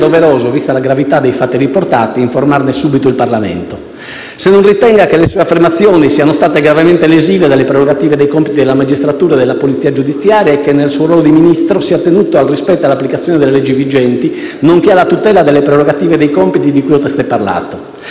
doveroso, vista la gravità dei fatti riportati, informarne subito il Parlamento. Si chiede di sapere se non ritenga che le sue affermazioni siano state gravemente lesive delle prerogative e dei compiti della magistratura e della polizia giudiziaria e se, nel suo ruolo di Ministro, si sia attenuto al rispetto dell'applicazione delle leggi vigenti, nonché alla tutela delle prerogative e dei compiti di cui ho testé parlato;